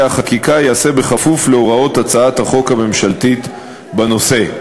החקיקה ייעשה בכפוף להוראות הצעת החוק הממשלתית בנושא.